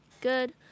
Good